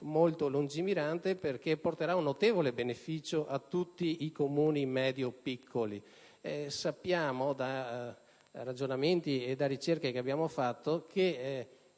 molto lungimirante perché porterà un notevole beneficio a tutti i Comuni medio-piccoli. Sappiamo, da ragionamenti e da ricerche che abbiamo condotto, che,